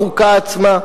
בחוקה עצמה.